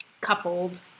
coupled